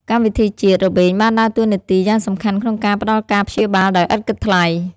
កម្មវិធីជាតិ របេងបានដើរតួនាទីយ៉ាងសំខាន់ក្នុងការផ្តល់ការព្យាបាលដោយឥតគិតថ្លៃ។